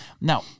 Now